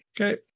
Okay